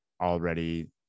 already